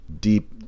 deep